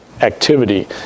activity